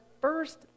first